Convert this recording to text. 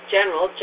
General